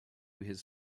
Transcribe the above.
his